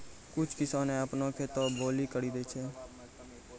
कुछ किसाने अपनो खेतो भौली पर दै छै